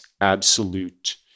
absolute